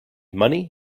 money